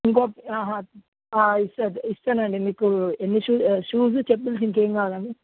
ఇంకోక ఆహా ఇస్త ఇస్తానండి మీకు ఎన్ని షూస్ షూస్ చెప్పులు ఇంకేం కావాలండి